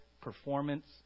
performance